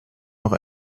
noch